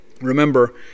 Remember